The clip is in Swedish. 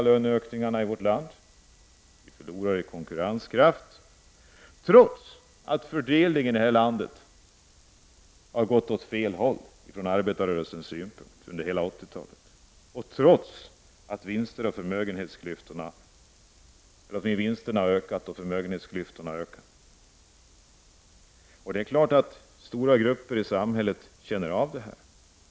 Löneökningarna i vårt land är för höga, och vi förlorar i konkurrenskraft, trots att fördelningen i vårt land under hela 80-talet har gått åt fel håll från arbetarrörelsens synpunkt och trots att vinsterna och förmögenhetsklyftorna har ökat. Självfallet känner stora grupper i samhället av detta.